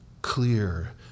clear